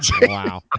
Wow